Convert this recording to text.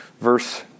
Verse